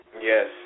Yes